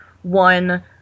one